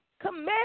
Command